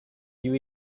you